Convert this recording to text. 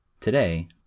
Today